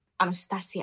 Anastasia